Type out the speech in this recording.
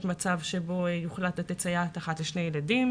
מצב שבו יוחלט לתת סייעת אחת לשני ילדים,